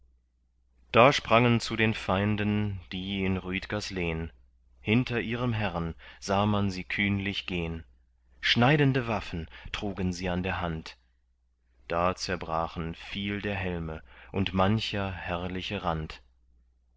da sprangen zu den feinden die in rüdgers lehn hinter ihrem herren sah man sie kühnlich gehn schneidende waffen trugen sie an der hand da zerbrachen viel der helme und mancher herrliche rand